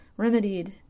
remedied